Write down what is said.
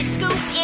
Scoop